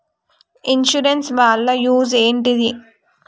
Insurance వాళ్ల use ఏంటిది?